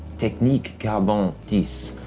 technique carbone tisse,